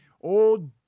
Old